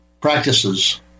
practices